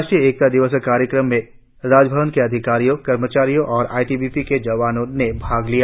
राष्ट्रीय एकता दिवस कार्यक्रम में राजभवन के अधिकारियों कर्मचारियों और आईटीबीपी के जवानों ने भाग लिया